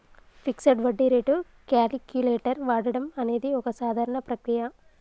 fixed వడ్డీ rate calculator వాడడం అనేది ఒక సాధారణ ప్రక్రియ